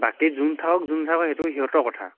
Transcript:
বাকী যোন থাকক যোন নাথাকক সেইটো সিহঁতৰ কথা